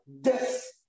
death